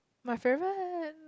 my favourite